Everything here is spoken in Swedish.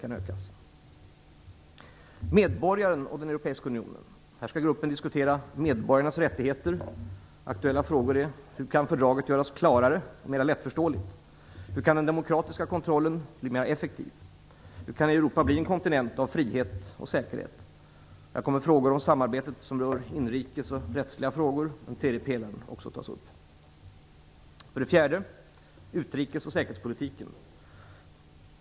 För det tredje: Medborgaren och den europeiska unionen. Här skall gruppen diskutera medborgarnas rättigheter. Aktuella frågor är hur fördraget kan göras klarare och mera lättförståeligt. Hur kan den demokratiska kontrollen bli mera effektiv? Hur kan Europa bli en kontinent av frihet och säkerhet? Här kommer frågor om samarbetet som rör inrikesfrågor och rättsliga frågor - den tredje pelaren - också att tas upp. För det fjärde: Utrikes och säkerhetspolitiken.